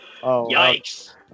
Yikes